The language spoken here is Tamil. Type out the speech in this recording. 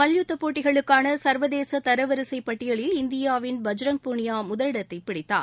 மல்யுத்த போட்டிகளுக்கான சா்வதேச தரவரிசைப் பட்டியிலில் இந்தியாவின் பஜ்ரங் புனியா முதலிடத்தைப் பிடித்தார்